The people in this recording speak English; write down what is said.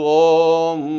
om